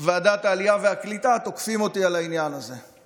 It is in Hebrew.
ועדת העלייה והקליטה, תוקפים אותי על העניין הזה.